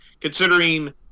considering